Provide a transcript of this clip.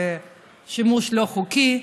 שימוש לא חוקי.